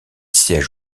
siège